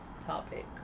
topic